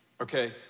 okay